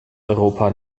europa